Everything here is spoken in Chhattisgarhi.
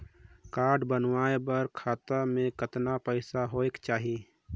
कारड बनवाय बर खाता मे कतना पईसा होएक चाही?